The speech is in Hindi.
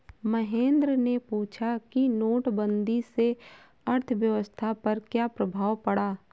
महेंद्र ने पूछा कि नोटबंदी से अर्थव्यवस्था पर क्या प्रभाव पड़ा